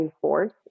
force